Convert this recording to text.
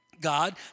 God